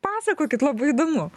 pasakokit labai įdomu